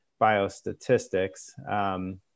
biostatistics